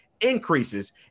increases